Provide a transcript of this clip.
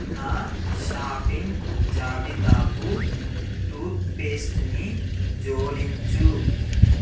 నా షాపింగ్ జాబితాకు టూత్పేస్ట్ని జోడించు